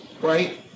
right